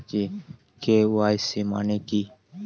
KYC মানে কি?